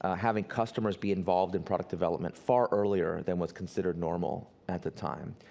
ah having customers be involved in product development far earlier than was considered normal at the time.